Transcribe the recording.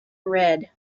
red